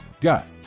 got